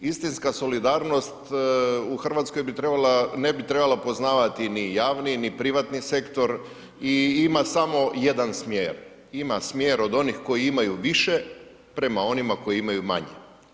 Istinska solidarnost u Hrvatskoj ne bi trebala poznavati ni javni ni privatni sektora i ima samo jedan smjer, ima smjer od onih koji imaju više prema onima koji imaju manje.